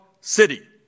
City